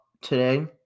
today